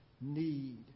need